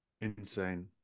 insane